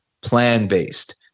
plan-based